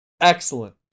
Excellent